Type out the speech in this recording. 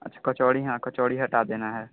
अच्छा कचौड़ी हाँ कचौड़ी हटा देना है